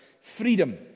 freedom